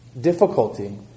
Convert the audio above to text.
Difficulty